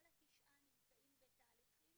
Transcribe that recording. כל התשעה נמצאים בתהליכים